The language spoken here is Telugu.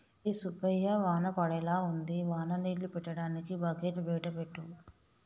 ఒరై సుబ్బయ్య వాన పడేలా ఉంది వాన నీళ్ళు పట్టటానికి బకెట్లు బయట పెట్టు